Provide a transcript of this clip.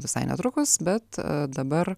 visai netrukus bet dabar